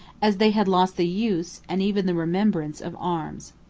as they had lost the use, and even the remembrance, of arms.